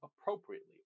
appropriately